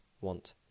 want